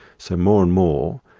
so more and more,